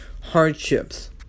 hardships